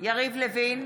יריב לוין,